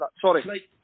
Sorry